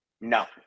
no